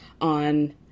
on